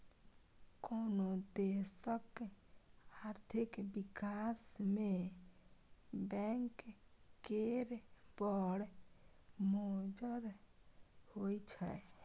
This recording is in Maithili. कोनो देशक आर्थिक बिकास मे बैंक केर बड़ मोजर होइ छै